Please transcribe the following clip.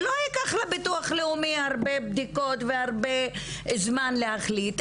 שלא ייקח לביטוח הלאומי הרבה בדיקות והרבה זמן להחליט,